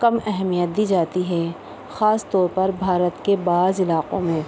کم اہمیت دی جاتی ہے خاص طور پر بھارت کے بعض علاقوں میں